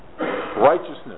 Righteousness